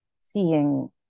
seeing